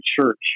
church